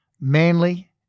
Manly